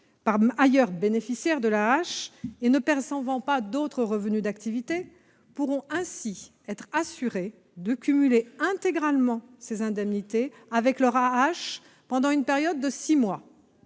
par ailleurs bénéficiaires de l'AAH et ne percevant pas d'autres revenus d'activité, pourront ainsi être assurés de les cumuler intégralement avec leur allocation pendant une période de six mois.